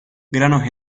granos